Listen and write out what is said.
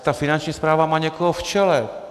Ta Finanční správa má někoho v čele.